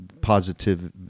positive